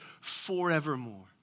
forevermore